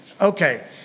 okay